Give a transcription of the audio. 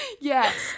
yes